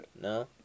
No